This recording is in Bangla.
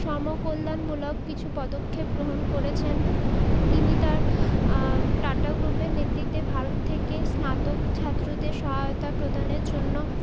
সমকল্যাণমূলক কিছু পদক্ষেপ গ্রহণ করেছেন তিনি তার টাটা গ্রুপের নেতৃত্বে ভারত থেকে স্নাতক ছাত্রদের সহায়তা প্রদানের জন্য